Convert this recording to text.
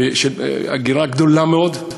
הגירה גדולה מאוד,